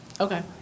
okay